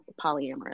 polyamorous